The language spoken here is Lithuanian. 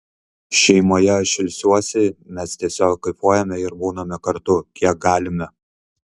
šeimoje aš ilsiuosi mes tiesiog kaifuojame ir būname kartu kiek galime